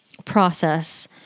Process